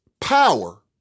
power